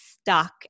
stuck